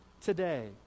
today